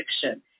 fiction